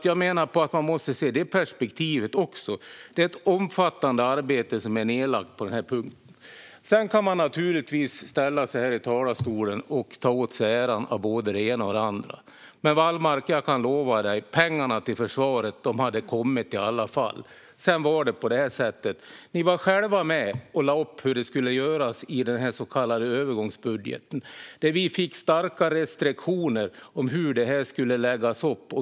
Jag menar alltså att man måste se detta perspektiv också. Det har lagts ned ett omfattande arbete på den här punkten. Man kan naturligtvis ställa sig här i talarstolen och ta åt sig äran för både det enda och det andra. Men jag kan lova dig, Wallmark: Pengarna till försvaret hade kommit i alla fall. Sedan var det på så sätt att ni var med och lade upp hur det skulle göras i den så kallade övergångsbudgeten, där vi fick starka restriktioner för hur detta skulle läggas upp.